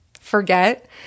forget